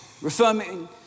Referring